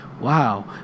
Wow